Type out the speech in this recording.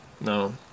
no